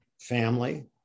family